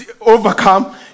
overcome